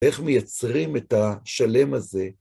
איך מייצרים את השלם הזה?